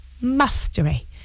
mastery